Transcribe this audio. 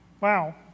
Wow